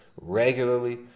regularly